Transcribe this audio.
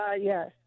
Yes